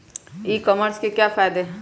ई commerce के क्या फायदे हैं?